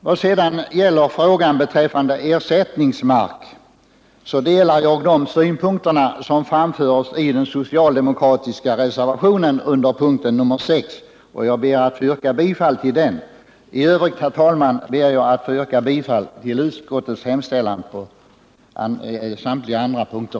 Beträffande frågan om ersättningsmark delar jag de synpunkter som framförts i den socialdemokratiska reservationen under punkten 6 och ber att få yrka bifall till den. I övrigt yrkar jag bifall till utskottets hemställan på samtliga punkter.